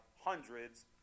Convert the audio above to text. hundreds